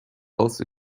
also